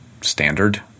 standard